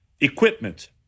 equipment